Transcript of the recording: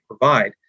provide